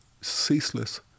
ceaseless